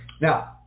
Now